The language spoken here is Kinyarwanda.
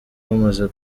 bamaze